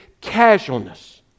casualness